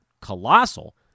colossal